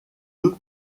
nœud